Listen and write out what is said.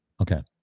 Okay